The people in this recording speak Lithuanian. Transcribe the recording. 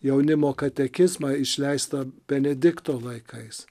jaunimo katekizmą išleistą benedikto laikais